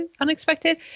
Unexpected